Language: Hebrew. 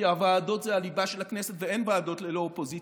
כי הוועדות הן הליבה של הכנסת ואין ועדות ללא אופוזיציה.